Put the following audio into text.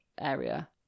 area